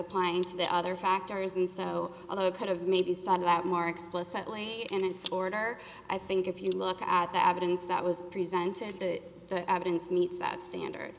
applying to the other factors and so although it could have maybe started out more explicitly and it's order i think if you look at the avenues that was presented the evidence meets that standard